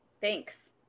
Thanks